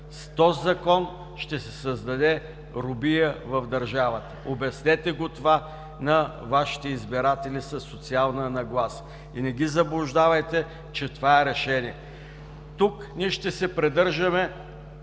този Закон ще се създаде робия в държавата. Обяснете това на Вашите избиратели със социална нагласа и не ги заблуждавайте, че това е решение. Тук ние ще се придържаме